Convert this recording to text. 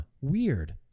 weird